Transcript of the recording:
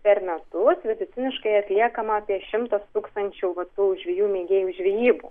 per metus vidutiniškai atliekama apie šimtas tūkstančių va tų žvejų mėgėjų žvejybų